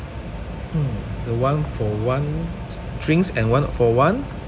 hmm the one-for-one drinks and one-for-one